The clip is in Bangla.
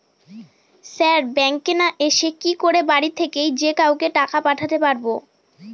স্যার ব্যাঙ্কে না এসে কি করে বাড়ি থেকেই যে কাউকে টাকা পাঠাতে পারবো?